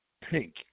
Pink